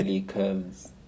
Curves